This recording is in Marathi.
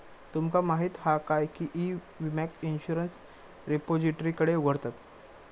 तुमका माहीत हा काय की ई विम्याक इंश्युरंस रिपोजिटरीकडे उघडतत